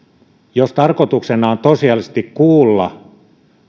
jos tarkoituksena on tosiasiallisesti kuulla